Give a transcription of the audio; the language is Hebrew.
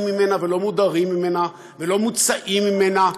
ממנה ולא מודרים ממנה ולא מוצאים ממנה,